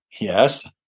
yes